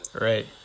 Right